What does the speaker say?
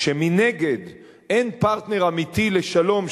כשמנגד אין פרטנר אמיתי לשלום,